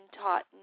taught